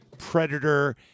predator